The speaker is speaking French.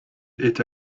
est